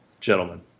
Gentlemen